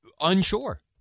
unsure